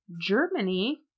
Germany